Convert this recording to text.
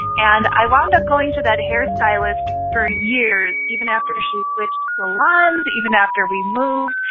and i wound up going to that hair stylist for years, even after she switched salons, even after we moved.